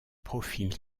profil